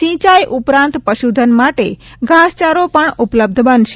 સિંચાઈ ઉપરાંત પશુધન માટે ઘાસચારો પણ ઉપલબ્ધ બનશે